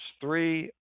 three